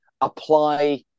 apply